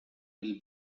will